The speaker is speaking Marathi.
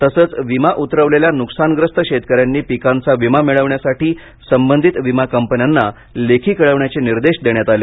तसेच विमा उतरवलेल्या नुकसानग्रस्त शेतकऱ्यांनी पिकांचा विमा मिळवण्यासाठी संबंधित विमा कंपन्यांना लेखी कळवण्याचे निर्देश देण्यात आले